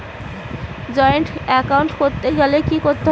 Joint account করতে গেলে কি করতে হবে?